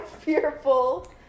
fearful